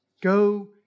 Go